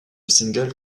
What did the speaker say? single